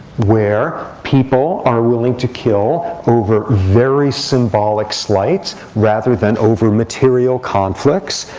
where people are willing to kill over very symbolic slights rather than over material conflicts,